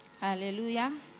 Hallelujah